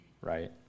right